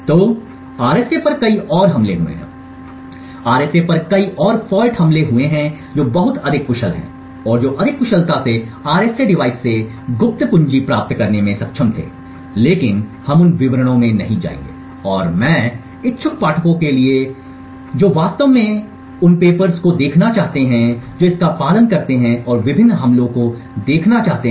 तो आरएसए पर कई और हमले हुए हैं आरएसए पर कई और फॉल्ट हमले हुए हैं जो बहुत अधिक कुशल हैं और जो अधिक कुशलता से आरएसए डिवाइस से गुप्त कुंजी प्राप्त करने में सक्षम थे लेकिन हम उन विवरणों में नहीं जाएंगे और मैं इच्छुक पाठकों के लिए छोड़ दूंगा जो वास्तव में उन पत्रों को देखना चाहते है जो इसका पालन करते हैं और विभिन्न हमलों को देखते हैं